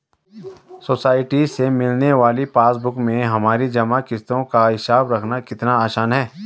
society से मिलने वाली पासबुक में हमारी जमा किश्तों का हिसाब रखना कितना आसान है